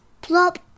Plop